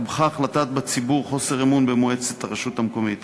ובכך לטעת בציבור חוסר אמון במועצת הרשות המקומית.